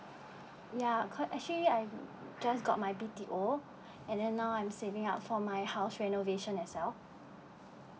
ya got actually I just got my B_T_O and then now I'm saving up for my house renovation as well